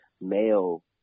male